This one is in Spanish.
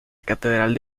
catedral